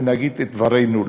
ונגיד את דברנו.